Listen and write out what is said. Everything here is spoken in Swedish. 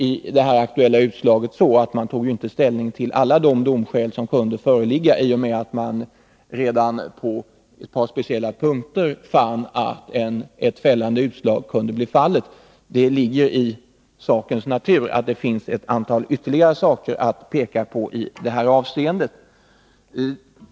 I det aktuella utslaget tog man ju inte ställning till alla de domskäl som kunde föreligga, i och med att man på ett par speciella punkter fann att det kunde bli ett fällande utslag. Det ligger i sakens natur att det finns 13 ytterligare ett antal punkter att peka på i det här avseendet.